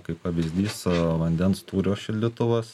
kaip pavyzdys vandens tūrio šildytuvas